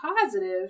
positive